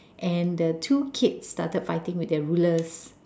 and the two kids started fighting with their rulers